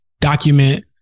document